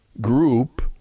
group